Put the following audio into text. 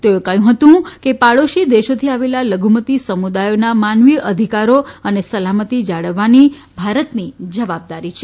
તેઓએ કહ્યું હતું કે પડોશી દેશોથી આવેલા લઘુમતી સમુદાયોના માનવીય અધિકારો અને સલામતી જાળવવાની ભારતની જવાબદારી છે